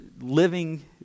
living